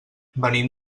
venim